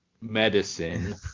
medicine